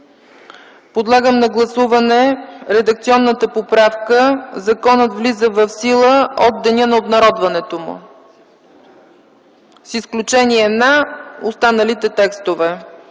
Подлагам на гласуване редакционната поправка – „Законът влиза в сила от деня на обнародването му”, с изключение на останалите текстове.